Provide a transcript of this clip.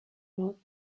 rot